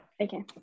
Okay